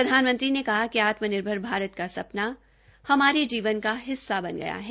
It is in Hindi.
प्रधानमंत्री ने कहा कि आत्मनिर्भर भारत का सपना हमारे जीवन का हिस्सा बना गया है